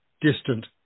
distant